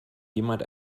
jemand